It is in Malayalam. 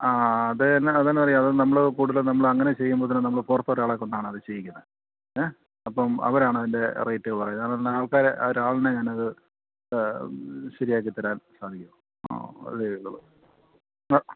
ആ അത് തന്നെ അതെന്നാ അറിയാമോ അത് നമ്മൾ കൂടുതൽ നമ്മൾ അങ്ങനെ ചെയ്യുമ്പോൾത്തേന് നമ്മൾ പുറത്തെ ഒരാളെക്കൊണ്ടാണ് അത് ചെയ്യിക്കുന്നത് ഏ അപ്പം അവരാണ് അതിൻ്റെ റേറ്റ് പറയുക ആൾക്കാർ ഒരാളിനെ ഞാനത് ശരിയാക്കി തരാൻ സാധിക്കും ആ